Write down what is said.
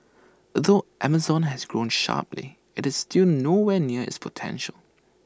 although Amazon has grown sharply IT is still nowhere near its potential